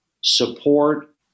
support